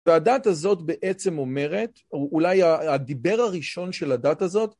והדת הזאת בעצם אומרת, או אולי הדיבר הראשון של הדת הזאת